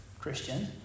Christian